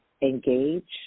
engage